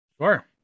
Sure